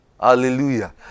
hallelujah